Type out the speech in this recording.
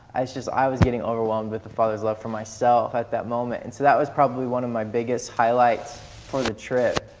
i so was i was getting overwhelmed with the father's love myself at that moment. and so that was probably one of my biggest highlights for the trip.